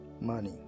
money